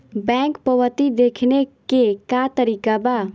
Bank पवती देखने के का तरीका बा?